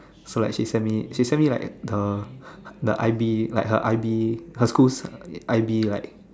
so like she send me she send me like the the I_B like her I_B her school I_B like